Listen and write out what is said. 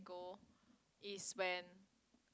go is when